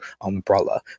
umbrella